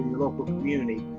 local community.